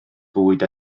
bwyd